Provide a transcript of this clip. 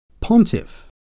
pontiff